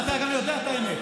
ואתה גם יודע את האמת.